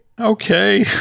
Okay